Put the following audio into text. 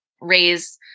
raise